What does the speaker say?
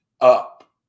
up